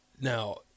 now